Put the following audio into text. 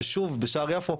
ושוב בשער יפו,